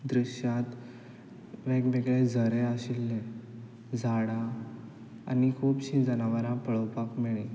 दृश्यांत वेग वेगळे झरे आशिल्ले झाडां आनी खुबशीं जनावरां पळोवपाक मेळ्ळीं